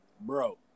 Bro